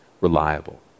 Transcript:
reliable